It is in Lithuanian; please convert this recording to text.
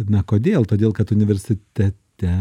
na kodėl todėl kad universitete